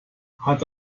hat